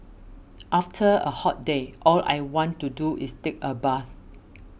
after a hot day all I want to do is take a bath